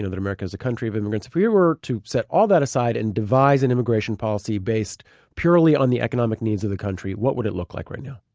that america is a country of immigrants, if we were to set all that aside and devise an immigration policy based purely on the economic needs of the country, what would it look like right now?